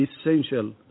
essential